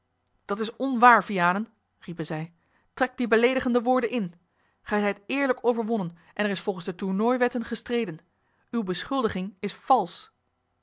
dat is onwaar vianen riepen zij trek die beleedigende woorden in ge zijt eerlijk overwonnen en er is volgens de tournooiwetten gestreden uwe beschuldiging is valsch